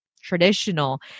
traditional